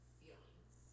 feelings